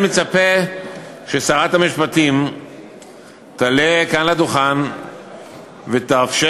אני מצפה ששרת המשפטים תעלה כאן לדוכן ותאפשר